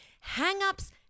Hang-ups